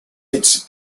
its